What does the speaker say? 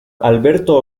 alberto